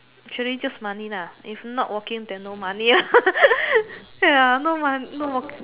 actually just money lah if not working then no money ya no mon~ no work